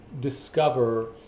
discover